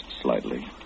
slightly